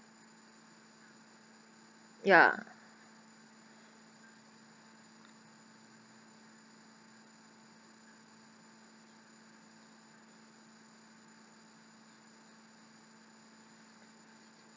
ya